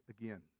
again